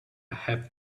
have